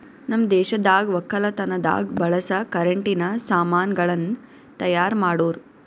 ನಮ್ ದೇಶದಾಗ್ ವಕ್ಕಲತನದಾಗ್ ಬಳಸ ಕರೆಂಟಿನ ಸಾಮಾನ್ ಗಳನ್ನ್ ತೈಯಾರ್ ಮಾಡೋರ್